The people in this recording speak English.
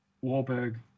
Warburg